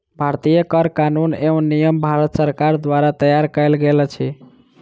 भारतीय कर कानून एवं नियम भारत सरकार द्वारा तैयार कयल गेल अछि